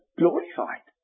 glorified